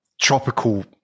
tropical